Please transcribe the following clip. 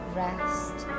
rest